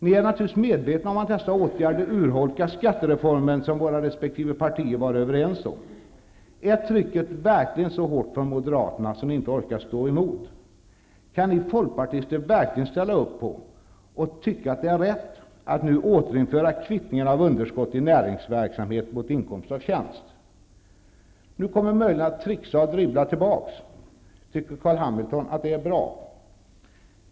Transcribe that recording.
Ni är naturligtvis medvetna om att alla dessa åtgärder urholkar skattereformen, som våra resp. partier var överens om. Är trycket verkligen så hårt från Moderaterna att ni inte orkar stå emot. Kan ni folkpartister verkligen ställa upp på, och tycka att det är rätt, att nu återinföra kvittningen av underskott i näringsverksamhet mot inkomst av tjänst. Nu kommer möjligheterna att trixa och dribbla tillbaka. Tycker Carl Hamilton att det är bra?